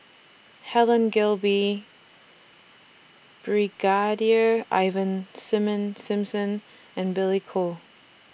Helen Gilbey Brigadier Ivan Simon Simson and Billy Koh